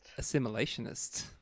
Assimilationist